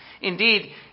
indeed